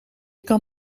kan